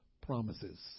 promises